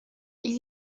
elle